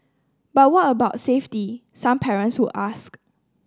but what about safety some parents would ask